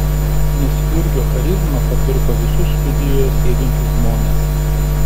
nes jurgio charizma papirko visus studijoje sėdinčius žmones